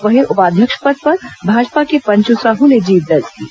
वहीं उपाध्यक्ष पद पर भाजपा के पंचू साहू ने जीत दर्ज की है